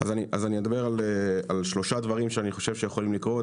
אז אני אדבר על שלושה דברים שאני חושב שיכולים לקרות.